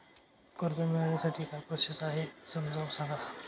कर्ज मिळविण्यासाठी काय प्रोसेस आहे समजावून सांगा